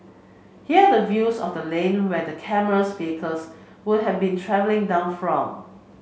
here the view of the lane where the camera's vehicles would've been travelling down from